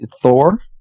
Thor